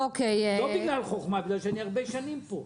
לא בגלל חוכמה אלא בגלל שאני הרבה שנים פה.